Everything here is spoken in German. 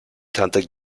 tante